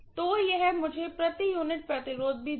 तो यह मुझे प्रति यूनिट रेजिस्टेंस भी देगा